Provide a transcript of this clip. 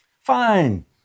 Fine